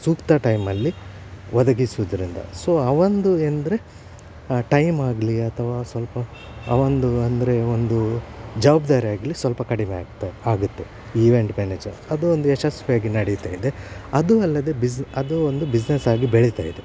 ಸೂಕ್ತ ಟೈಮಲ್ಲಿ ಒದಗಿಸೋದ್ರಿಂದ ಸೊ ಆವೊಂದು ಎಂದರೆ ಟೈಮ್ ಆಗಲಿ ಅಥವಾ ಸ್ವಲ್ಪ ಆವೊಂದು ಅಂದರೆ ಒಂದು ಜವಾಬ್ದಾರಿ ಆಗಲಿ ಸ್ವಲ್ಪ ಕಡಿಮೆ ಆಗ್ತಾ ಆಗುತ್ತೆ ಈವೆಂಟ್ ಮ್ಯಾನೇಜರ್ ಅದು ಒಂದು ಯಶಸ್ವಿಯಾಗಿ ನಡಿತಾ ಇದೆ ಅದು ಅಲ್ಲದೆ ಬಿಝ್ ಅದು ಒಂದು ಬಿಸ್ನೆಸ್ ಆಗಿ ಬೆಳಿತಾ ಇದೆ